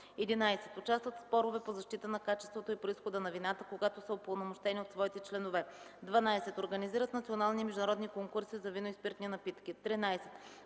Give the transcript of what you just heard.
11. участват в спорове по защита на качеството и произхода на вината, когато са упълномощени от своите членове; 12. организират национални и международни конкурси за вино и спиртни напитки; 13.